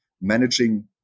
managing